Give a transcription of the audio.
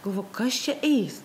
galvoju kas čia eis